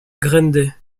grande